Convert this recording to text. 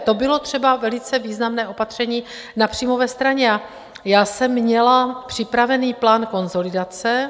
To bylo třeba velice významné opatření na příjmové straně a já jsem měla připravený plán konsolidace.